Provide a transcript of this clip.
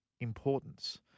importance